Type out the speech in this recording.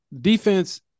defense